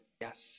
Yes